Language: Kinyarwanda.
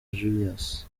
julius